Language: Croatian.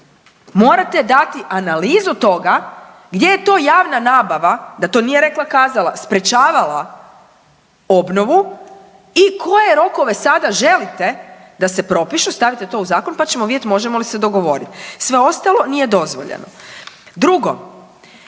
Morate dati analizu toga gdje je to javna nabava da to nije rekla kazala, sprječavala obnovu i koje rokove sada želite da se propišu, stavite to u zakon, pa ćemo vidjet možemo li se dogovorit, sve ostalo nije dozvoljeno. Drugo,